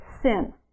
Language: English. sin